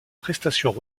prestations